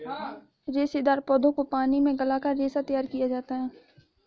रेशेदार पौधों को पानी में गलाकर रेशा तैयार किया जाता है